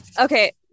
Okay